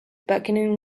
buchanan